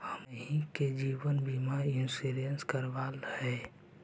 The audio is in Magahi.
हमनहि के जिवन बिमा इंश्योरेंस करावल है?